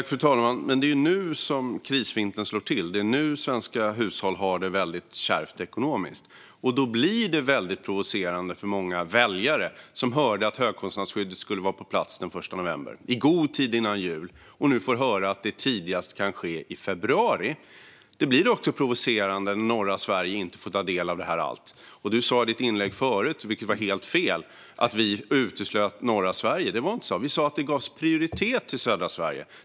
Fru talman! Men det är nu som krisvintern slår till. Det är nu svenska hushåll har det väldigt kärvt ekonomiskt. Det blir väldigt provocerande för många väljare som hörde att högkostnadsskyddet skulle vara på plats den 1 november, i god tid före jul, och som nu får höra att det tidigast kan ske i februari. Det blir också provocerande när norra Sverige inte får ta del av detta. Du sa i ditt inlägg förut, vilket var helt fel, att vi uteslöt norra Sverige. Det var inte så. Vi sa att det gavs prioritet till södra Sverige.